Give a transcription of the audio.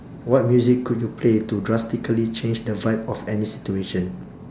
what music could you play to drastically change the vibe of any situation